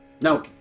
No